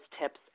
tips